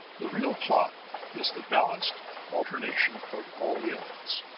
the real plot is the balanced alternation of all the elements.